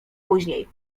później